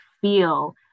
feel